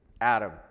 Adam